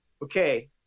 Okay